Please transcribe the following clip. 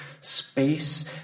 space